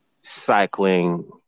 cycling